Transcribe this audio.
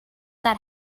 that